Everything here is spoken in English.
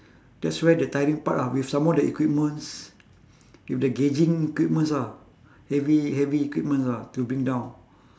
that's where the tiring part ah with some more the equipments with the gauging equipments ah heavy heavy equipments ah to bring down